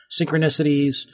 synchronicities